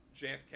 jfk